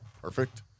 perfect